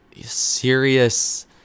serious